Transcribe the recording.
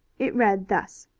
it read thus